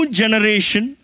generation